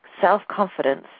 self-confidence